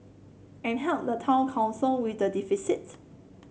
and help the town council with the deficit